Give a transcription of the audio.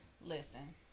Listen